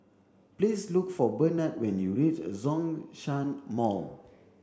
please look for Bernard when you reach Zhongshan Mall